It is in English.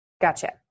Gotcha